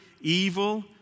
evil